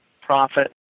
profit